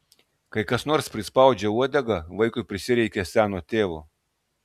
kai kas nors prispaudžia uodegą vaikui prisireikia seno tėvo